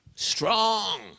strong